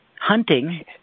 Hunting